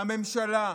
הממשלה.